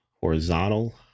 horizontal